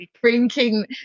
drinking